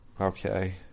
Okay